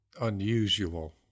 unusual